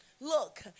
Look